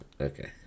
Okay